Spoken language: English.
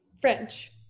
french